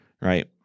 right